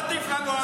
תתביישו לכם.